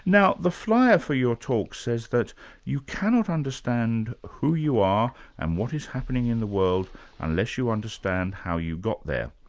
now the flyer for your talk says that you cannot understand who you are and what is happening in the world unless you understand how you got there.